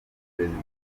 perezida